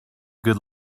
good